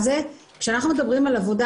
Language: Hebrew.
כשאנחנו מדברים על העבודה,